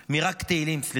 תהילים, סליחה.